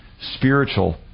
spiritual